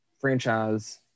franchise